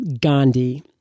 Gandhi